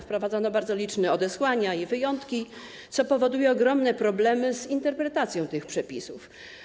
Wprowadzano bardzo liczne odesłania i wyjątki, co powoduje ogromne problemy z interpretacją tych przepisów.